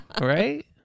right